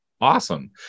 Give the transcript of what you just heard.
Awesome